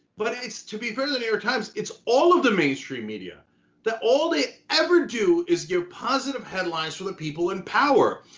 but it's to be fair to the new york times, it's all of the mainstream media that all they ever do is give positive headlines to the people in power.